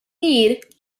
need